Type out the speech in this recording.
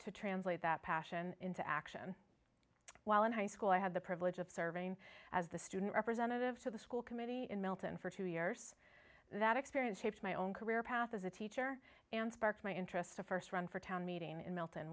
to translate that passion into action while in high school i had the privilege of serving as the student representative to the school committee in melton for two years that experience shaped my own career path as a teacher and sparked my interest to first run for town meeting in melt